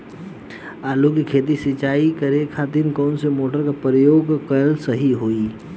आलू के खेत सिंचाई करे के खातिर कौन मोटर के प्रयोग कएल सही होई?